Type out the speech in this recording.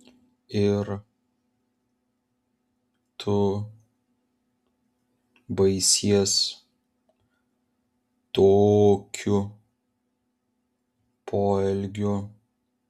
ir tu baisies tokiu poelgiu